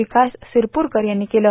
विकास सिरपुरकर यांनी केलं